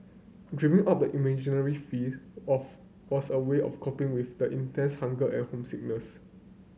dreaming up the imaginary feasts of was a way of coping with the intense hunger and homesickness